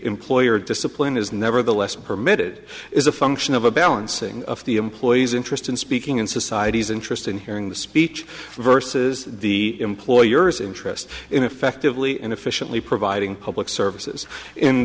employer discipline is nevertheless permitted is a function of a balancing of the employee's interest in speaking in society's interest in hearing the speech versus the employer's interest in effectively and efficiently providing public